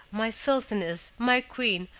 my sultaness, my queen,